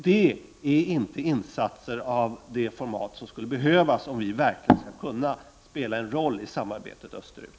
Det är inte insatser av det format som skulle behövas om vi verkligen skall kunna spela en roll i samarbetet österut.